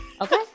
Okay